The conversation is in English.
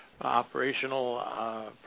operational